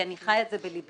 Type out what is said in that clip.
כי אני חיה את זה בלבי.